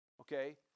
okay